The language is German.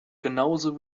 genauso